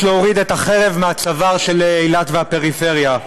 להוריד את החרב מהצוואר של אילת והפריפריה.